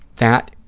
that